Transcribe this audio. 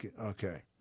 okay